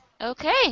Okay